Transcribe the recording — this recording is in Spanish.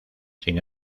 sin